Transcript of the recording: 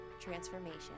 transformation